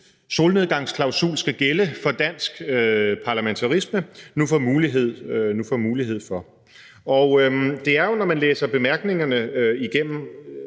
solnedgangsklausul skal gælde for dansk parlamentarisme, som nu får den mulighed. Det er jo, når man læser bemærkningerne igennem,